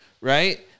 right